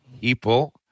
people